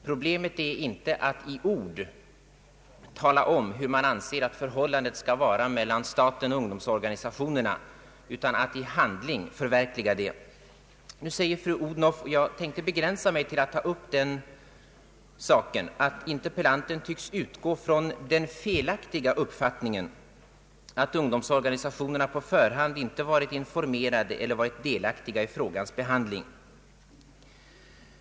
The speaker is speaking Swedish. Problemet är dock inte att i ord tala om hur man anser att förhållandet skall vara mellan staten och ungdomsorganisationerna, utan att i handling förverkliga det. Nu säger fru Odhnoff — jag tänker begränsa mig till att ta upp den saken — att ”interpellanten tycks utgå från den felaktiga uppfattningen att ungdomsorganisationerna på förhand inte varit informerade eller varit delaktiga i frågans behandling”.